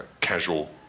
casual